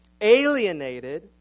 alienated